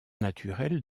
naturel